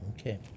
okay